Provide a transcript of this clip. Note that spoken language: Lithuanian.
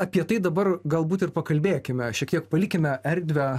apie tai dabar galbūt ir pakalbėkime šiek tiek palikime erdvę